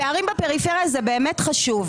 הפערים בפריפריה זה באמת חשוב,